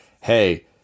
Hey